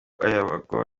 abagabo